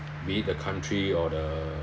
be it the country or the